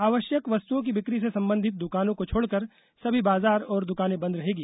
आवश्यक वस्तुओं की बिक्री से संबंधित दुकानों को छोड़ कर सभी बाजार और दुकाने बंद रहेंगी